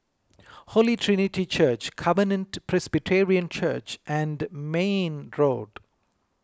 Holy Trinity Church Covenant Presbyterian Church and Mayne Road